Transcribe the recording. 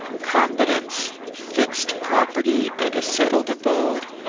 competence, fixed property and a settled abode,